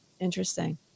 Interesting